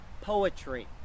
poetry